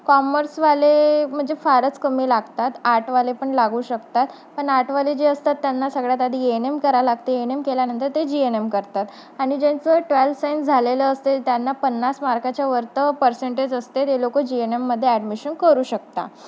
कॉमर्सवाले म्हणजे फारच कमी लागतात आटवाले पण लागू शकतात पण आटवाले जे असतात त्यांना सगळ्यात आधी ए एन एम करावं लागते ए एन एम केल्यानंतर ते जी एन एम करतात आणि ज्यांचं ट्वेल्थ सायन्स झालेलं असते त्यांना पन्नास मार्काच्यावरती पर्सेंटेज असते ते लोक जी एन एममध्ये ॲडमिशन करू शकता